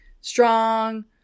strong